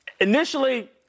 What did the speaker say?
initially